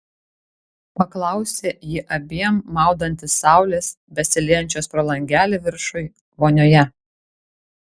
paklausė ji abiem maudantis saulės besiliejančios pro langelį viršuj vonioje